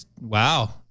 Wow